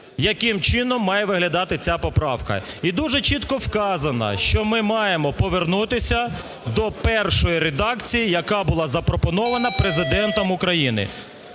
яким чином має виглядати ця поправка. І дуже чітко вказано, що ми маємо повернутися до першої редакції, яка була запропонована Президентом України.